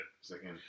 second